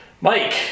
mike